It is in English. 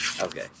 Okay